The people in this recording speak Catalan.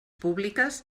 públiques